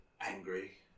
angry